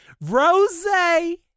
Rose